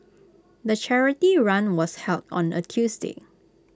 the charity run was held on A Tuesday